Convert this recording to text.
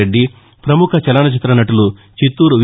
రెడ్డి పముఖ చలన చి్ర నటులు చిత్తూరు వి